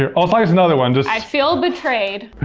yeah i'll slice another one. i feel betrayed.